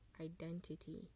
identity